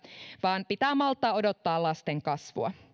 vaan pitää malttaa odottaa lasten kasvua